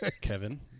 Kevin